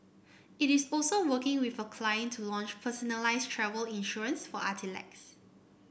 it is also working with a client to launch personalised travel insurance for athletes